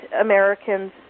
Americans –